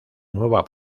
nueva